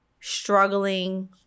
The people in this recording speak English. struggling